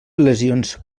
lesions